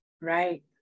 Right